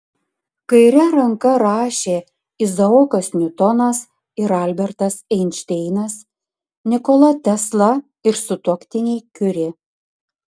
kaire ranka rašė izaokas niutonas ir albertas einšteinas nikola tesla ir sutuoktiniai kiuri